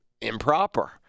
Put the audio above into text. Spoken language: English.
improper